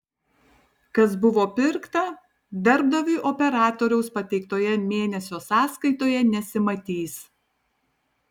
kas buvo pirkta darbdaviui operatoriaus pateiktoje mėnesio sąskaitoje nesimatys